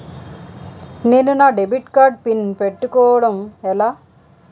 నేను నా debit card pin పెట్టుకోవడం ఎలా?